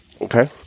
Okay